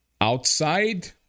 outside